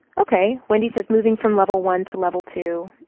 ok. wendy says, moving from level one to level two.